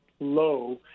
low